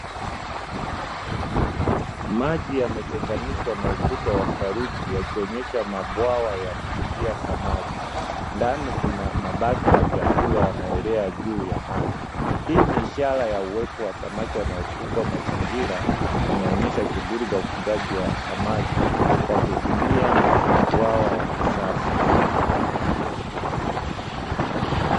Maji yametenganishwa na ukuta wa saruji akionyesha mabwawa ya kufugia samaki ndani kuna mabati ya vyakula yanayoelea juu ya maji, hii ni ishara ya uwepo wa samaki wanaofungwa mazingira yanaonyesha shughuli za ufugaji wa samaki kwa kutumia mabwawa ya kisasa.